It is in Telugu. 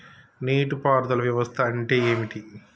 నీటి పారుదల వ్యవస్థ అంటే ఏంటి?